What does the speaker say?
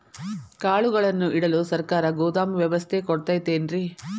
ಕಾಳುಗಳನ್ನುಇಡಲು ಸರಕಾರ ಗೋದಾಮು ವ್ಯವಸ್ಥೆ ಕೊಡತೈತೇನ್ರಿ?